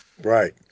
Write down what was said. Right